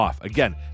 Again